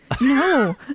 No